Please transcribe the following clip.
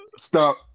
Stop